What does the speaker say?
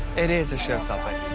it is a show stopper.